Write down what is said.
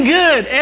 good